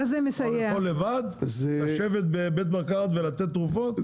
טכנאי יכול לשבת לבד בבית מרקחת ולתת תרופות?